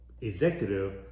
executive